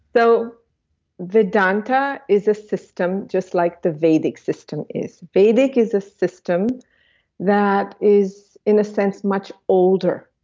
so vedanta is a system just like the vedic system is. vedic is a system that is in a sense much older.